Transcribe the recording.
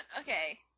Okay